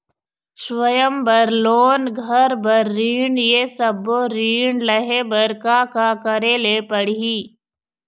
स्वयं बर लोन, घर बर ऋण, ये सब्बो ऋण लहे बर का का करे ले पड़ही?